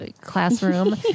classroom